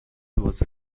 was